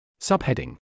Subheading